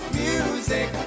music